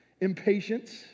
Impatience